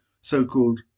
so-called